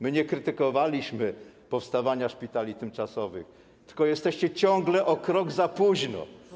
My nie krytykowaliśmy powstawania szpitali tymczasowych, tylko że jesteście ciągle o krok spóźnieni.